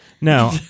No